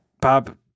bob